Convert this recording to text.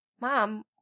Mom